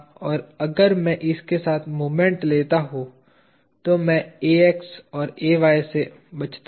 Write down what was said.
और अगर मैं इस के साथ मोमेंट लेता हूं तो मैं Ax और Ay से बचता हूं